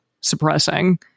suppressing